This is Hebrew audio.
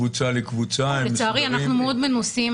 לצערי, אנחנו מאוד מנוסים.